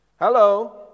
Hello